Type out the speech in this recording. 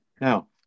Now